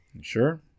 sure